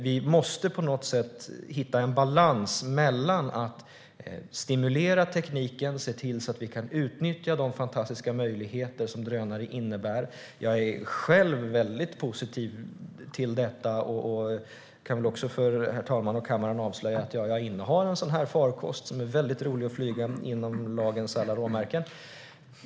Vi måste på något sätt hitta en balans mellan att stimulera tekniken och att se till att vi kan utnyttja de fantastiska möjligheter som drönare innebär. Jag är själv mycket positiv till detta och kan också för herr talmannen och kammaren avslöja att jag innehar en sådan här farkost. Den är väldigt rolig att flyga inom lagens alla råmärken.